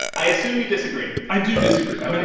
i assume you disagree i do disagree. i yeah